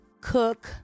cook